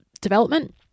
development